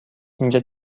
اینجا